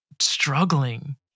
struggling